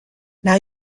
now